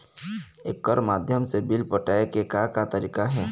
एकर माध्यम से बिल पटाए के का का तरीका हे?